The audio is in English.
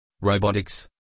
robotics